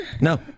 No